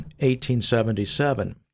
1877